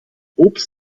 obst